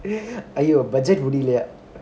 அய்யோ:aiyoo budget முடியலையா:mudiyalaiya